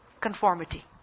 conformity